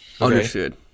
Understood